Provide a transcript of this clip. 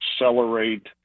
accelerate